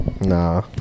Nah